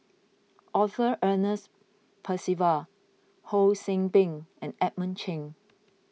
Arthur Ernest Percival Ho See Beng and Edmund Cheng